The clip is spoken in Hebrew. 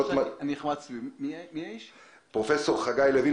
אני פרופ' חגי לוין,